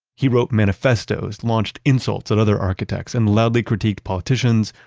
he wrote manifestos, launched insults at other architects and loudly critique politicians,